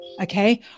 okay